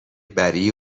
بری